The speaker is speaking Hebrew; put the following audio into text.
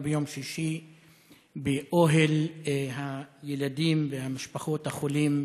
ביום שישי באוהל הילדים ומשפחות החולים